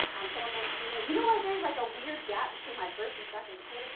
um someone mentioned, you know, you know why there's like a weird gap between my first and second kid?